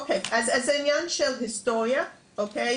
אוקיי, אז זה עניין של היסטוריה, אוקיי?